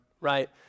right